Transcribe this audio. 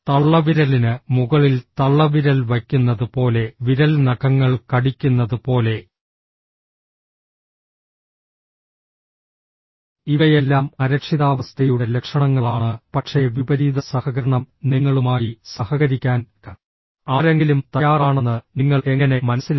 തള്ളവിരലിന് മുകളിൽ തള്ളവിരൽ വയ്ക്കുന്നത് പോലെ വിരൽ നഖങ്ങൾ കടിക്കുന്നത് പോലെ ഇവയെല്ലാം അരക്ഷിതാവസ്ഥയുടെ ലക്ഷണങ്ങളാണ് പക്ഷേ വിപരീത സഹകരണം നിങ്ങളുമായി സഹകരിക്കാൻ ആരെങ്കിലും തയ്യാറാണെന്ന് നിങ്ങൾ എങ്ങനെ മനസ്സിലാക്കും